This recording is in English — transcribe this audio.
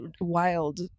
wild